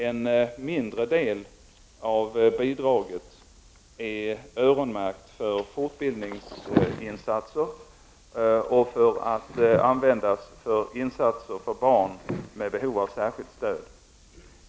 En mindre del av bidraget är öronmärkt för fortbildningsinsatser och för att användas för insatser för barn med behov av särskilt stöd.